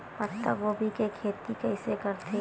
पत्तागोभी के खेती कइसे करथे?